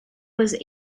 was